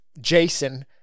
Jason